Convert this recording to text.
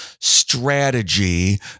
strategy